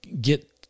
get